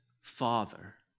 Father